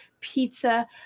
pizza